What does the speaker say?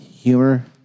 humor